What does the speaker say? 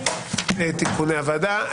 תיקוני הוועדה.